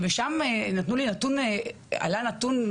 ושם עלה נתון מזעזע,